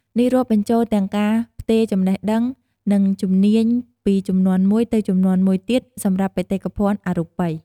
នេះរាប់បញ្ចូលទាំងការផ្ទេរចំណេះដឹង និងជំនាញពីជំនាន់មួយទៅជំនាន់មួយទៀតសម្រាប់បេតិកភណ្ឌអរូបី។